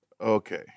Okay